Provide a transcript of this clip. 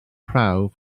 prawf